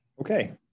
Okay